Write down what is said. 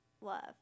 love